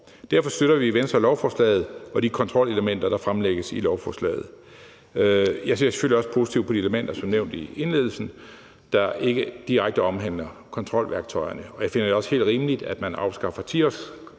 Derfor støtter vi i Venstre lovforslaget og de kontrolelementer, der fremlægges i lovforslaget. Jeg ser selvfølgelig også positivt på de elementer, som er nævnt i indledningen, og som ikke direkte omhandler kontrolværktøjerne. Jeg finder det også helt rimeligt, at man afskaffer